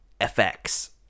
FX